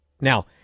Now